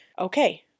okay